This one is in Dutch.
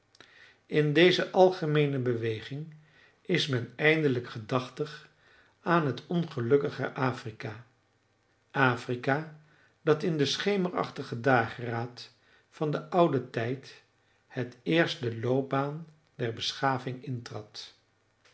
in deze algemeene beweging is men eindelijk gedachtig aan het ongelukkige afrika afrika dat in den schemerachtigen dageraad van den ouden tijd het eerst de loopbaan der beschaving